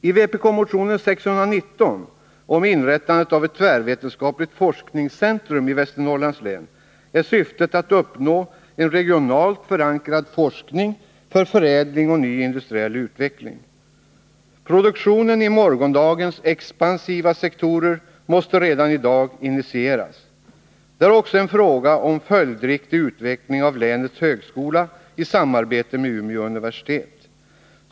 I vpk-motionen 619 om inrättandet av ett tvärvetenskapligt forskningscentrum i Västernorrlands län är syftet att uppnå en regionalt förankrad forskning för förädling och ny industriell utveckling. Produktionen i morgondagens expansiva sektorer måste redan i dag initieras. Det är också en fråga om följdriktig utveckling av länets högskola i samarbete med Umeå universitet.